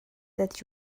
that